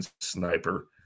Sniper